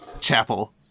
chapel